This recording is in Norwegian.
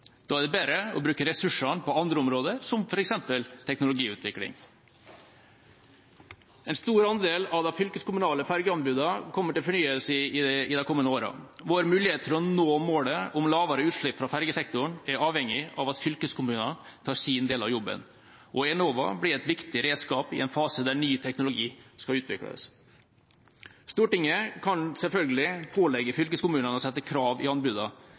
Da er det bedre å bruke ressursene på andre områder, som f.eks. teknologiutvikling. En stor andel av de fylkeskommunale fergeanbudene kommer til fornyelse i de kommende årene. Vår mulighet for å nå målet om lavere utslipp fra fergesektoren er avhengig av at fylkeskommunene tar sin del av jobben. Enova blir et viktig redskap i en fase der ny teknologi skal utvikles. Stortinget kan selvfølgelig pålegge fylkeskommunene å sette krav i